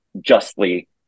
justly